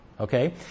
Okay